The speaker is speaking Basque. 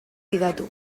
fidatu